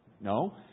No